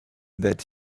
that